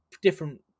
different